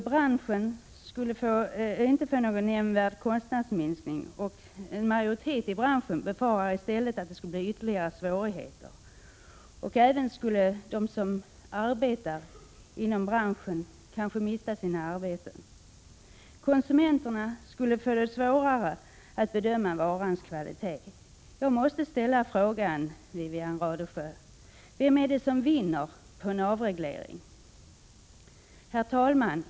Branschen skulle inte få någon nämnvärd kostnadsminskning. En majoritet i branschen befarar i stället ytterligare svårigheter. De som arbetar inom branschen kanske skulle mista sina arbeten, och konsumenterna skulle få det svårare att bedöma en varas kvalitet. Jag måste ställa en fråga, Wivi-Anne Radesjö: Vem är det som vinner på en avreglering? Herr talman!